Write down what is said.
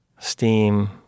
steam